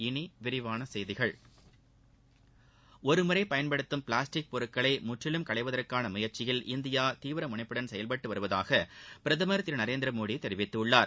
இனி விரிவான செய்திகள் ஒருமுறை பயன்படுத்தும் பிளாஸ்டிக் பொருட்களை முற்றிலும் களைவதற்கான முயற்சியில் இந்தியா தீவிர முனைப்புடன் செயல்பட்டு வருவதாக பிரதமர் திரு நரேந்திரமோடி தெரிவித்துள்ளார்